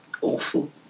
awful